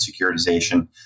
securitization